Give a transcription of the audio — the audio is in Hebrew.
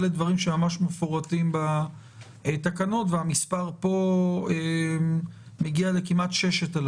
אלה דברים שממש מפורטים בתקנות המספר פה מגיע ל-6,000.